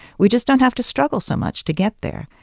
we just don't have to struggle so much to get there.